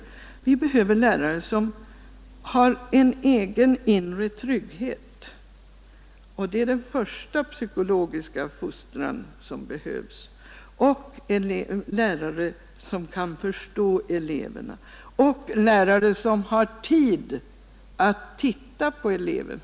Vi 139 behöver lärare som har en egen inre trygghet. Det är den första psykologiska fostran som behövs av en lärare för att han skall kunna förstå eleverna. Vi behöver också lärare som har tid att studera sina elever.